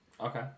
Okay